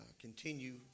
continue